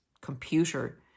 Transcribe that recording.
computer